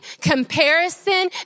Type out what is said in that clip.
comparison